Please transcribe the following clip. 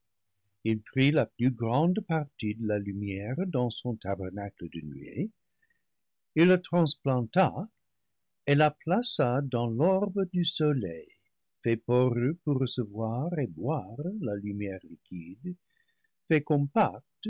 la plus grande partie de la lumière dans son ta bernacle de nuée il la transplanta et la plaça dans l'orbe du soleil fait poreux pour recevoir et boire la lumière liquide fait compacte